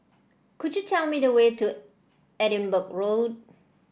could you tell me the way to Edinburgh Road